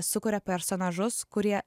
sukuria personažus kurie